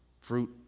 Fruit